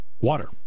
water